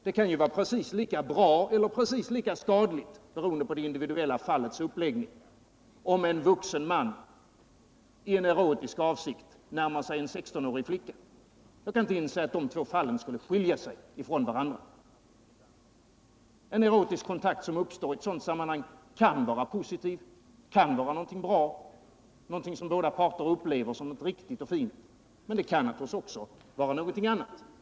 Det kan ju vara precis lika bra eller precis lika skadligt — beroende på det individuella fallet — som om en vuxen man i en erotisk avsikt närmar sig en 16-årig flicka. Jag kan inte inse att de två fallen skulle skilja sig från varandra. En erotisk kontakt som uppstår i ett sådant sammanhang kan vara positiv, kan vara någonting som båda parter upplever som någonting riktigt och fint. Det kan naturligtvis också vara någonting annat.